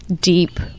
deep